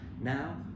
now